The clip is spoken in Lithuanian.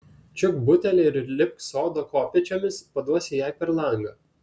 čiupk butelį ir lipk sodo kopėčiomis paduosi jai per langą